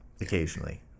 occasionally